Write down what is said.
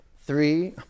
three